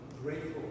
grateful